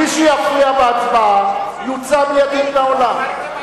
מי שיפריע בהצבעה יוצא מיידית מהאולם.